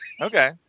Okay